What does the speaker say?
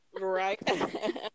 Right